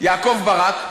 יעקב ברק?